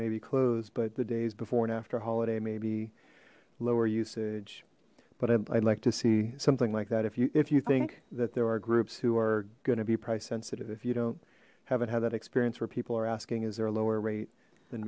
may be closed but the days before and after holiday maybe lower usage but i'd like to see something like that if you if you think that there are groups who are going to be price sensitive if you don't haven't had that experience where people are asking is there a lower rate than